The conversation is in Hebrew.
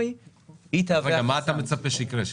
מה אתה מצפה שיקרה?